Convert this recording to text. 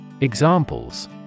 Examples